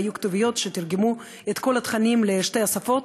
והיו כתוביות שתרגמו את כל התכנים לשתי השפות.